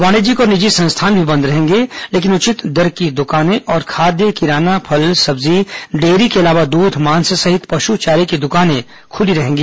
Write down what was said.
वाणिज्यिक और निजी संस्थान भी बंद रहेंगे लेकिन उचित दर की दुकानें और खाद्य किराना फल सब्जी डेयरी के अलावा दूध मांस सहित पशु चारे की दुकानें खुली रहेगी